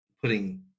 putting